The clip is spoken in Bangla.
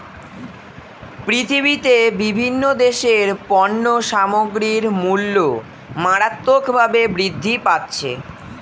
পৃথিবীতে বিভিন্ন দেশের পণ্য সামগ্রীর মূল্য মারাত্মকভাবে বৃদ্ধি পাচ্ছে